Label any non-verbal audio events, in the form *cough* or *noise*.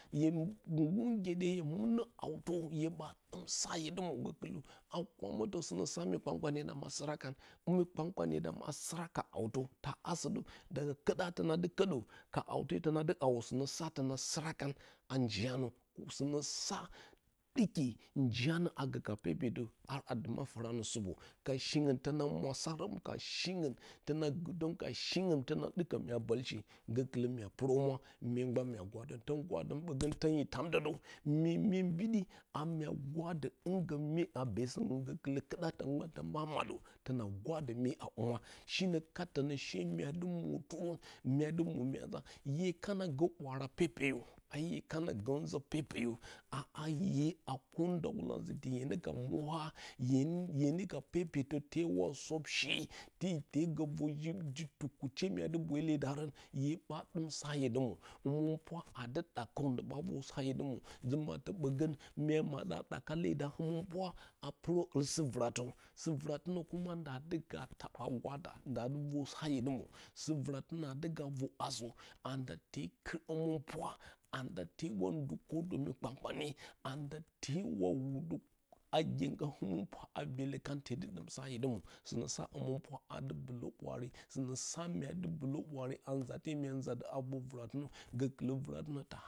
Nggur ngyeɗe hye mɨnǝ hawtǝ hye ɓa ɗɨm sa hye dɨ mwo, gǝkɨlǝ haw kwamǝtǝ sɨnǝ sa mi kpan-kpanye dam a sɨra ka hawtǝ, taa asǝ dǝ *unintelligible* kǝɗa tǝna dɨ kǝɗǝ ka hawte tǝna dɨ hawo sɨnǝ sa tǝna sɨra kan a njiyanǝ sɨnǝ sa ɗɨki njiyanǝ a gǝ ka pepetǝ a dɨmǝ fǝranǝ supo. Ka shingɨn tǝna mwasarǝm, ka shingɨn tǝna gurtǝm ka shingɨn tǝna ɗɨkǝ mya bǝlshe gǝkɨlǝ mya pɨrǝ humwa myee mgban mya gwadǝrǝn, tǝn gwadǝm ɓǝgǝng tǝn yǝ tamdǝ dǝ, mye myee mbiɗɨ a mya gwadǝ tǝn myee a beesǝm gǝkɨlǝ kɨɗa tǝn ɓa maɗǝ tǝna gwadǝ myee a humwa. shinǝ kat tǝnǝ shee mya dɨ mwotɨrǝn mya dɨ mwo ɗa. Hye kana gǝǝ ɓwaara pepeyǝ, a hye kana gǝǝ nzǝ pepeyǝ a hye *unintelligible* hye nee ka pepetǝ teewa sob shee, tee gǝ vor ji-tukutye mya dɨ bwele daarǝn, hye ɓa ɗɨm sa hye dɨ mwo. Hǝmɨnpwa aa dɨ ɗakǝw ndɨ ɓa ɗǝw sa hye dɨ mwo. Ji-mattǝ ɓǝgǝng mya maɗǝ a ɗaka leda hǝmɨnpwa a pɨrǝ ɨl sɨ-vɨratǝ, sɨ-vɨratɨnǝ *unintelligible* nda dɨ ga *unintelligible* nda dɨ sa hye dɨ mwo, sɨ-vɨratɨnǝ aa dɨ ga vu asǝ anda tee kɨt hǝmɨnpwa, anda tee ndukodǝ mi kan-kpanye anda teewa wudo a gyengǝ hǝmɨnpwa a byelǝ taa tee dɨ ɗɨm sa hye dɨ mwo, sɨnǝ sa hǝmɨnpwa a dɨ bɨlǝ ɓwaare. sɨnǝ sa mys dɨ bɨlǝ ɓwaare a vɨrate mya nza dǝ a vɨratɨnǝ